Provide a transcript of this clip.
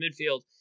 midfield